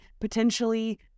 potentially